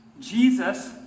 Jesus